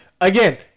again